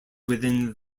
within